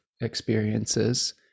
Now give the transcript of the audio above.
experiences